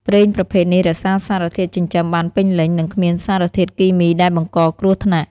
ប្រេងប្រភេទនេះរក្សាសារធាតុចិញ្ចឹមបានពេញលេញ និងគ្មានសារធាតុគីមីដែលបង្កគ្រោះថ្នាក់។